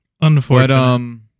Unfortunately